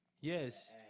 yes